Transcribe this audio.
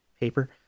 paper